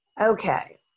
Okay